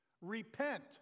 repent